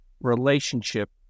relationship